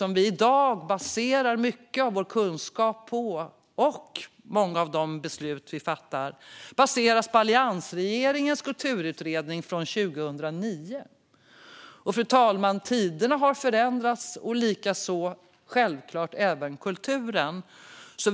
Mycket av vår kunskap och många av de beslut vi fattar baseras i dag på alliansregeringens kulturutredning från 2009. Men, fru talman, tiderna har förändrats och likaså självklart kulturen.